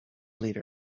leader